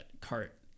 cart